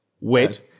Wait